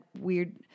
weird